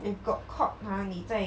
if got caught !huh! 你在